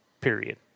period